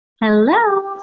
Hello